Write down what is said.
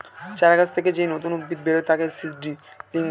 চারা গাছ থেকে যেই নতুন উদ্ভিদ বেরোয় তাকে সিডলিং বলে